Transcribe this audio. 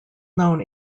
known